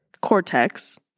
Cortex